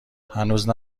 هنوز